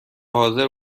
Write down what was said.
حاضر